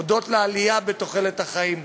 הודות לעלייה בתוחלת החיים,